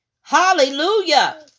Hallelujah